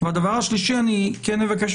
והדבר השלישי, אני כן אבקש